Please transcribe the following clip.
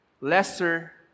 Lesser